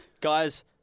Guys